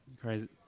crazy